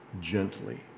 gently